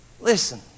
listen